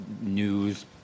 news